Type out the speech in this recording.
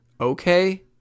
okay